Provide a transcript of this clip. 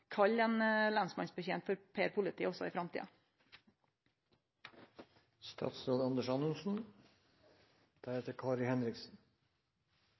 kalle ein lensmannsbetjent for Per politi også i